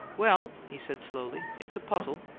well, he said, slowly, it's a puzzle.